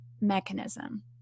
mechanism